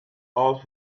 all